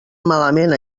malament